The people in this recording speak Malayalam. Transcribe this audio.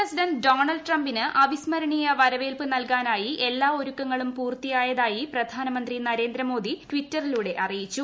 പ്രസിഡന്റ് ഡോണൾഡ് ട്രംപിന് അവിസ്മരണ വരവേൽപ്പ് നൽകാനായി എല്ലാ് ഒരുക്കങ്ങളും പൂർത്തിയായതായി പ്രധാനമന്ത്രി നരേന്ദ്രമോദി ട്വിറ്ററിലൂടെ അറിയിച്ചു